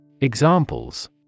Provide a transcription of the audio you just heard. Examples